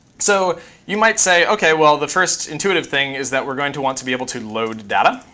so you might say, ok, well, the first intuitive thing is that we're going to want to be able to load data.